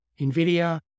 NVIDIA